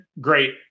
great